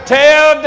tell